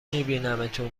میبینمتون